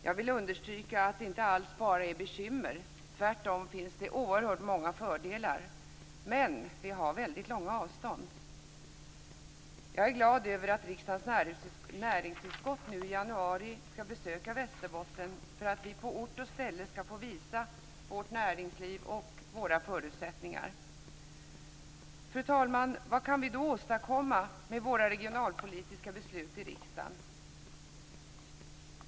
Jag vill understryka att det inte alls bara är bekymmer. Tvärtom finns det oerhört många fördelar - men vi har väldigt långa avstånd! Jag är glad över att riksdagens näringsutskott nu i januari skall besöka Västerbotten för att vi på ort och ställe skall få visa vårt näringsliv och våra förutsättningar. Fru talman! Vad kan vi då åstadkomma med våra regionalpolitiska beslut i riksdagen?